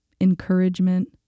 Encouragement